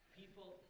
people